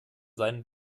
seinen